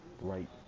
right